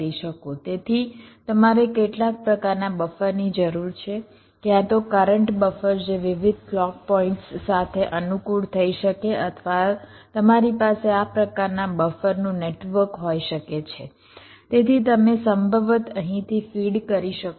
તેથી તમારે કેટલાક પ્રકારના બફરની જરૂર છે ક્યાં તો કરંટ બફર જે વિવિધ ક્લૉક પોઇન્ટ્સ સાથે અનુકૂળ થઈ શકે છે અથવા તમારી પાસે આ પ્રકારના બફરનું નેટવર્ક હોઈ શકે છે તેથી તમે સંભવત અહીંથી ફીડ કરી શકો છો